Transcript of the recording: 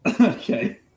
okay